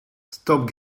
stop